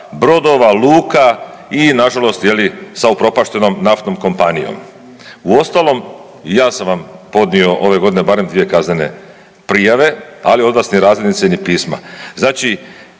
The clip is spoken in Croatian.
brodova, luka i nažalost je li sa upropaštenom naftnom kompanijom. Uostalom, i ja sam vam podnio ove godine barem dvije kaznene prijave, ali od vas ni razglednice ni pisma. Znači